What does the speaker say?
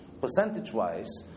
Percentage-wise